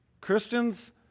Christians